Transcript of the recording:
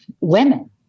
women